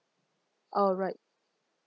alright